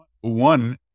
one